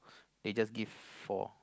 they just give four